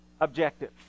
objective